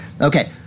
Okay